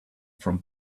from